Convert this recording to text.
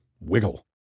wiggle